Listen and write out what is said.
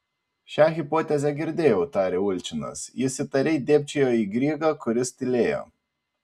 šią hipotezę girdėjau tarė ulčinas jis įtariai dėbčiojo į grygą kuris tylėjo